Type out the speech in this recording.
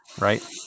right